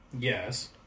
Yes